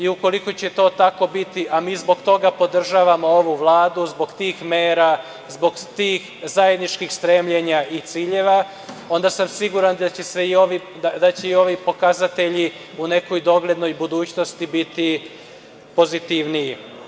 Ukoliko će to tako biti, a mi zbog toga podržavamo ovu Vladu, zbog tih mera, zbog tih zajedničkih stremljenja i ciljeva, onda sam siguran da će i ovi pokazatelji u nekoj doglednoj budućnosti biti pozitivniji.